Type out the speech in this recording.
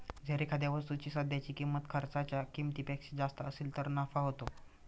जर एखाद्या वस्तूची सध्याची किंमत खर्चाच्या किमतीपेक्षा जास्त असेल तर नफा होतो